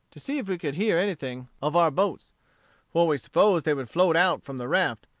to see if we could hear anything of our boats for we supposed they would float out from the raft,